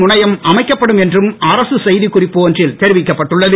முனையம் அமைக்கப்படும் என்றும் அரசு செய்திக்குறிப்பு ஒன்றில் தெரிவிக்கப்பட்டுள்ளது